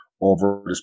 over